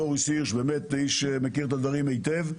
מוריס הירש, שמכיר את הדברים היטב.